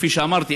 כפי שאמרתי,